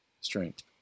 strength